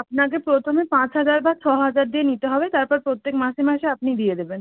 আপনাকে প্রথমে পাঁচ হাজার বা ছহাজার দিয়ে নিতে হবে তারপর প্রত্যেক মাসে মাসে আপনি দিয়ে দেবেন